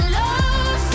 love